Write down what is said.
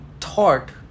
thought